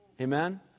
Amen